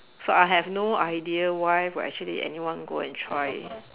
so I have no I idea why would actually anyone go and try